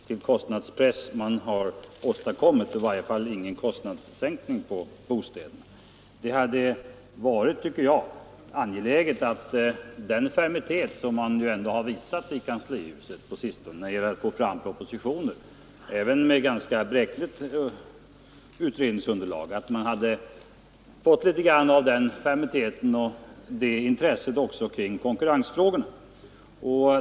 Det hade, tycker jag, varit angeläget att något av den fermitet, som man visat i kanslihuset på sistone när det gällt att få fram propositioner — även med ganska bräckligt utredningsunderlag — hade kommit till uttryck även när det gällt frågan om konkurrens på byggnadsområdet.